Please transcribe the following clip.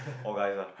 all guys ah